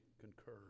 concur